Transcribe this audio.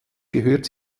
gehört